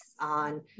on